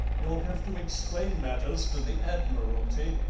you'll have to explain matters to the admiralty,